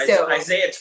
Isaiah